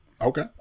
Okay